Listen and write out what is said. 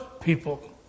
people